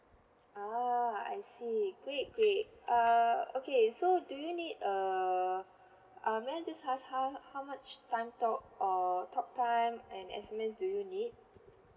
ah I see great great err okay so do you need err uh may I just ask how how much time talk or talk time and S_M_S do you need